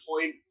point